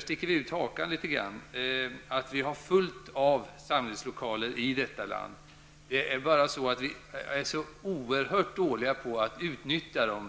sticker ut hakan litet grand, för vi menar att det finns fullt av samlingslokaler i detta land. Det är bara det att vi är så oerhört dåliga på att utnyttja dem.